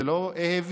זה לא אהו"י,